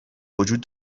وجود